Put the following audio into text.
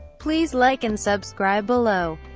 please like and subscribe below.